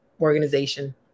organization